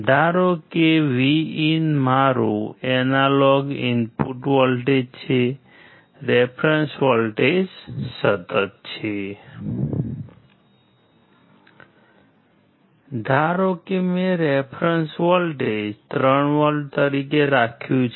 ધારો કે મેં રેફેરેંસ જાય છે